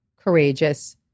courageous